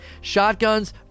Shotguns